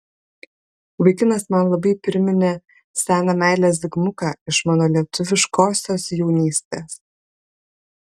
vaikinas man labai priminė seną meilę zigmuką iš mano lietuviškosios jaunystės